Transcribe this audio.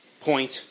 point